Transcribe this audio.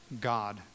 God